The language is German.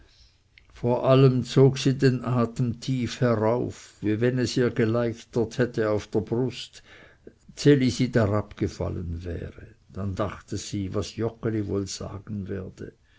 vor allem zog sie den atem tief herauf wie wenn es ihr geleichtet hätte auf der brust ds elisi darab gefallen wäre dann dachte sie was joggeli wohl sagen werde